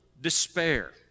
despair